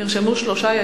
נרשמו שלושה,